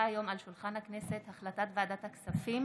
בה בעת גם אחריות גדולה נפלה על כתפייך.